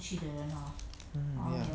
mm ya